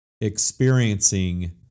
experiencing